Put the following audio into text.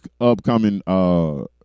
upcoming